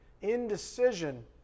indecision